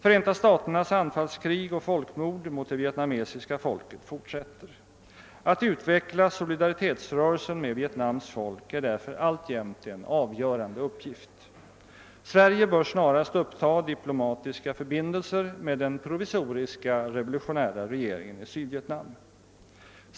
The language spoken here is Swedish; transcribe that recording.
Förenta staternas anfallskrig och folkmord mot det vietnamesiska folket fortsätter. Att utveckla solidaritetsrörelsen med Vietnams folk är därför alltjämt en avgörande uppgift. Sverige bör snarast uppta diplomatiska förbindelser med den provisoriska revolutionära regeringen i Sydvietnam.